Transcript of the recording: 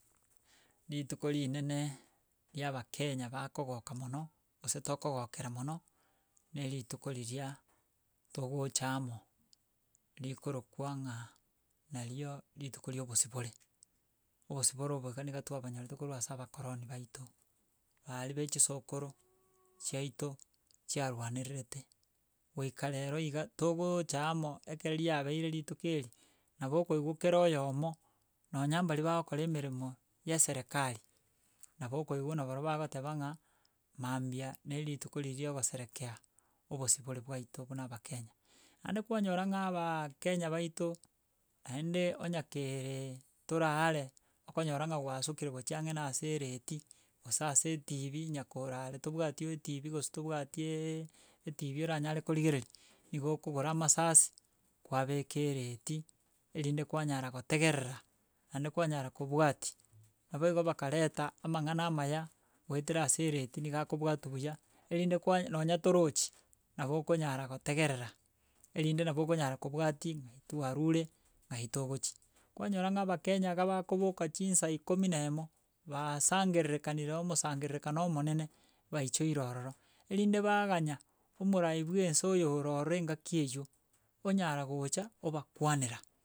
Rituko rinene ria abakenya bakogoka mono gose tokogokera mono na erituko riria togocha amo, rikorokwa ng'a nario rituko ria obosibore obosibore obo iga niga twabanyorete korwa ase aba koroni baito, baaria ba echisokoro chiato chiarwanererete goika rero iga, togoocha amo ekero riabeire rituko eri, nabo okoigwa kera oyomo, nonya mbari bagokora emeremo ya serekari nabo okoigwa nabarobu bagoteba ng'a mambia na erituko riri ria ogoserekea obosibore bwaito buna abakenya, naende kwanyora ng'a abaaaakenya baito, aende onya kereee toraaaa are, okonyora ng'a gwasukire gochia ang'e na ase eredii gose ase etv onya kora are tobwati etv gose tobwati eeeeeee etv oranyare korigereri, niga okogora amasasi, kwabeka eredii erinde kwanyara gotegerera naende kwanyara kobwati. Nabo igo bakareta amang'ana amaya goetera ase eredii niga akobwatwa buya, erinde kwa nonya torochi nabo okonyara gotegerera, erinde nabo okonyara kobwatia ng'ai twarure ng'ai togochia, kwanyora ng'a abakenya iga bakoboka chinsa ikomi na emo, basangererekani oo omosangererekano omonene, baichoire ororo. erinde baganya omorai bwa ense oyo ororo engaki eywo, onyara gocha obakwanera.